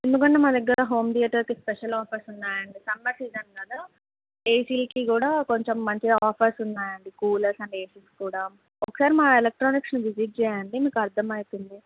ఎందుకంటే మా దగ్గర హోమ్ థియటర్కి స్పెషల్ ఆఫర్స్ ఉన్నాయండి సమ్మర్ సీజన్ కదా ఏసీకి కూడా కొంచెం మంచిగా ఆఫర్స్ ఉన్నాయండి కూలర్స్ అండ్ ఏసీస్ కూడా ఒకసారి మా ఎలక్ట్రానిక్స్ని విజిట్ చేయండి మీకు అర్థంమవుతుంది